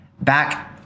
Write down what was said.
back